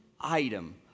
item